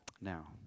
Now